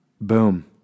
Boom